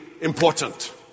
important